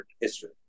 history